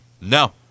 No